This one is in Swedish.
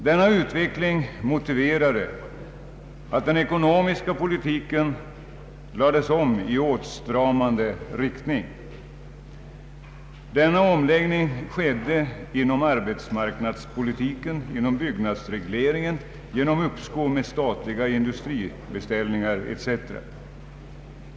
Denna utveckling motiverade att den ekonomiska politiken lades om i åtstramande riktning. Denna omläggning skedde inom arbetsmarknadspolitiken, inom byggnadsregleringen, genom uppskov med statliga industribeställningar etc.